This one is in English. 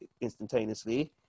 instantaneously